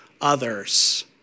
others